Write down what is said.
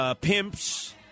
pimps